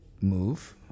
move